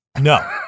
No